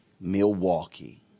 Milwaukee